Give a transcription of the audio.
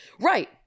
Right